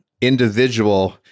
individual